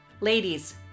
Ladies